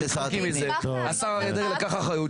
השר אריה דרעי לקח אחריות.